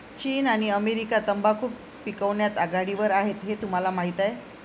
चीन आणि अमेरिका तंबाखू पिकवण्यात आघाडीवर आहेत हे तुम्हाला माहीत आहे